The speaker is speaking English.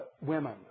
women